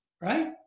Right